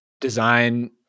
design